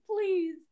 please